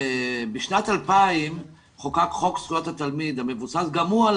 בשנת 2000 חוקק חוק זכויות התלמיד המבוסס גם הוא על